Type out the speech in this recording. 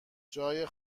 جای